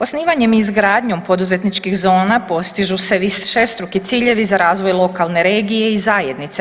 Osnivanjem i izgradnjom poduzetničkih zona postižu se višestruki ciljevi za razvoj lokalne regije i zajednice.